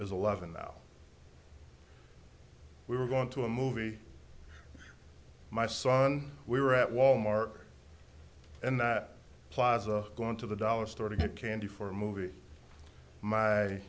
is alive and now we were going to a movie my son we were at wal mart and that plaza going to the dollar store to get candy for a movie my